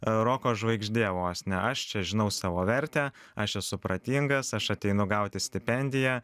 roko žvaigždė vos ne aš čia žinau savo vertę aš esu protingas aš ateinu gauti stipendiją